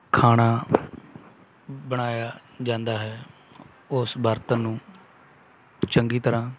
ਖਾਣਾ ਬਣਾਇਆ ਜਾਂਦਾ ਹੈ ਉਸ ਬਰਤਨ ਨੂੰ ਚੰਗੀ ਤਰ੍ਹਾਂ